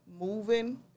moving